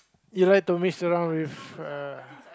you like to mix around with uh